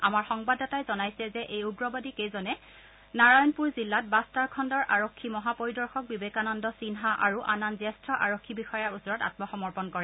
আমাৰ সংবাদদাতাই জনাইছে যে এই উগ্ৰবাদী কেইজন নাৰায়ণপুৰ জিলাত বাষ্টাৰ খণ্ডৰ আৰক্ষী মহাপৰিদৰ্শক বিবেকানন্দ সিন্হা আৰু আন আন জ্যেষ্ঠ আৰক্ষী বিষয়াৰ ওচৰত আঘ্মসমৰ্পণ কৰে